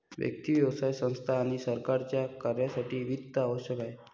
व्यक्ती, व्यवसाय संस्था आणि सरकारच्या कार्यासाठी वित्त आवश्यक आहे